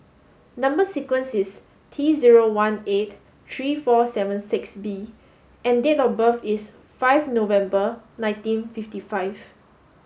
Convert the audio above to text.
number sequence is T zero one eight three four seven six B and date of birth is five November nineteen fifty five